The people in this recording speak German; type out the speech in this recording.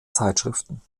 zeitschriften